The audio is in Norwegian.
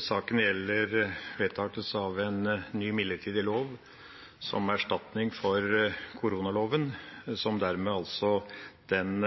Saken gjelder vedtakelse av en ny midlertidig lov som erstatning for koronaloven, som den